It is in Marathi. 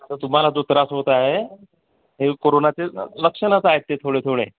तर तुम्हाला जो त्रास होत आहे हे कोरोनाचे लक्षणच आहेत ते थोडे थोडे